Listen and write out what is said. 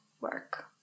work